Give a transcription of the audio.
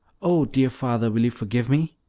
oh, dear father, will you forgive me?